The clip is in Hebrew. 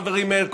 חברי מאיר כהן,